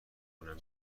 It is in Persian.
اونم